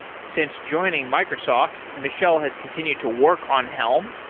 since joining microsoft, michelle has continued to work on helm,